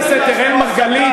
חבר הכנסת אראל מרגלית,